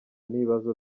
n’ibibazo